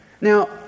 Now